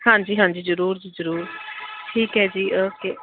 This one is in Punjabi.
ਹਾਂਜੀ ਹਾਂਜੀ ਜ਼ਰੂਰ ਜੀ ਜ਼ਰੂਰ ਠੀਕ ਹੈ ਜੀ ਓਕੇ